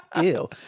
Ew